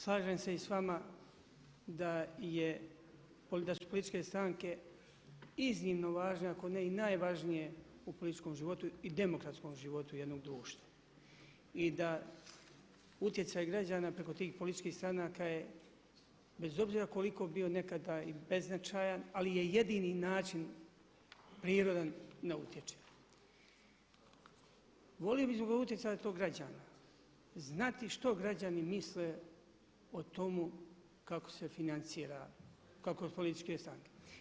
Slažem se i s vama da su političke stranke iznimno važne, ako ne i najvažnije u političkom životu i demokratskom životu jednog društva i da utjecaj građana preko tih političkih stranaka je bez obzira koliko bio nekad i beznačajan ali je jedini način prirodan … [[Ne razumije se.]] Volio bih zbog utjecaja tih građana znati što građani misle o tome kako se financira političke stranke.